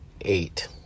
eight